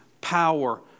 power